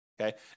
okay